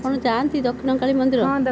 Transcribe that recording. ଆପଣ ଯାଆନ୍ତି ଦକ୍ଷିଣକାଳୀ ମନ୍ଦିର